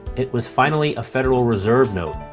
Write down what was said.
it was finally a federal reserve note,